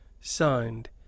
Signed